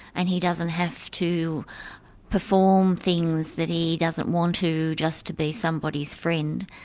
and he doesn't have to perform things that he doesn't want to, just to be somebody's friend.